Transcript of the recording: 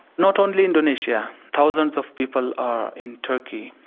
not only indonesia, thousands of people are in turkey,